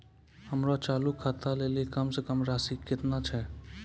हमरो चालू खाता लेली कम से कम राशि केतना छै?